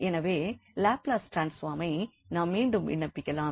எனவே லாப்லஸ் ட்ரான்ஸ்ஃபார்மை நாம் மீண்டும் விண்ணப்பிக்கலாம்